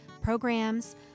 programs